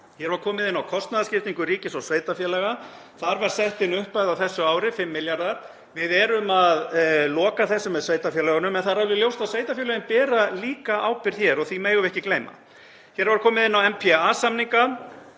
Hér var komið inn á kostnaðarskiptingu ríkis og sveitarfélaga. Þar var sett inn upphæð á þessu ári, 5 milljarðar. Við erum að loka þessu með sveitarfélögunum en það er alveg ljóst að sveitarfélögin bera líka ábyrgð hér og því megum við ekki gleyma. Hér var komið inn á NPA-samninga.